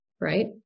right